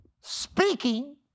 Speaking